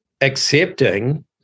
accepting